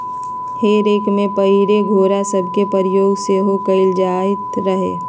हे रेक में पहिले घोरा सभके प्रयोग सेहो कएल जाइत रहै